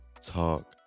talk